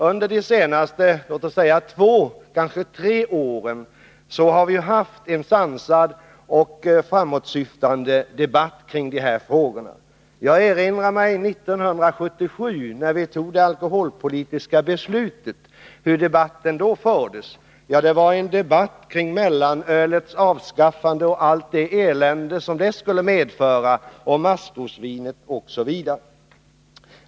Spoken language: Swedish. Under de senaste två eller tre åren har vi haft en sansad och framåtsyftande debatt kring de här frågorna. Jag erinrar mig hur debatten fördes 1977, då vi fattade det alkoholpolitiska beslutet. Det var en debatt kring mellanölets avskaffande och allt det elände som det skulle medföra, det handlade om maskrosvin OSV.